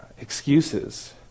excuses